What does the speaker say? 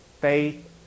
faith